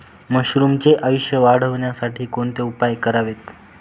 मशरुमचे आयुष्य वाढवण्यासाठी कोणते उपाय करावेत?